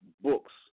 books